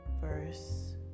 verse